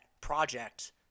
project